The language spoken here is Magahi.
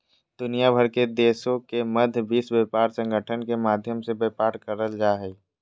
दुनिया भर के देशों के मध्य विश्व व्यापार संगठन के माध्यम से व्यापार करल जा हइ